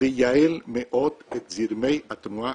לייעל מאוד את זרמי התחבורה הציבורית.